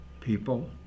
people